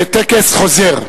טקס חוזר.